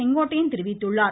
செங்கோட்டையன் தெரிவித்தார்